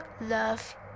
love